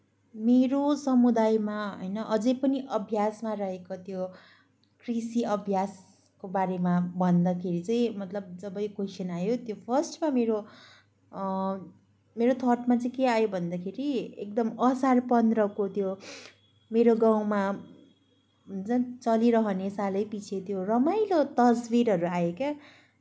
मेरो समुदायमा होइन अझै पनि अभ्यासमा रहेको त्यो कृषि अभ्यासको बारेमा भन्दाखेरि चाहिँ मतलब जब यो क्वोइसन आयो त्यो फर्स्टमा मेरो मेरो थट्मा चाहिँ के आयो भन्दाखेरि एकदम असार पन्ध्रको त्यो मेरो गाउँमा जुन चलिरहने सालैपछि त्यो रमाइलो तस्विरहरू आयो क्या